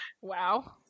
Wow